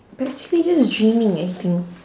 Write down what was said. actually just dreaming I think